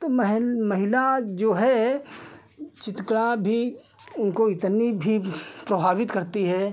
तो महिल महिला जो है चित्रकला भी उनको इतनी भी प्रभावित करती है